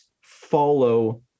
follow